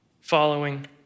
Following